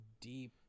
deep